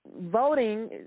voting